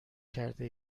کرده